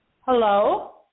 Hello